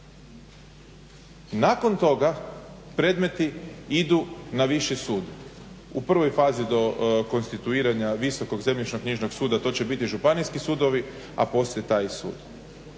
Nakon toga predmeti idu na viši sud, u prvoj fazi do konstituiranja visokog zemljišno-knjižnog sud to će biti županijski sudovi, a poslije taj sud.